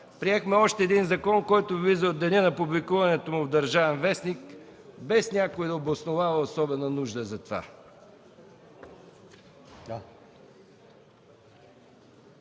Приехме още един закон, който влиза от деня на публикуването му в „Държавен вестник” без някой да обосновава особена нужда за това.